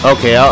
Okay